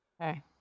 Okay